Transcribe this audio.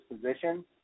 position